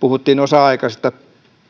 puhuttiin osa aikaisesta